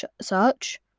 search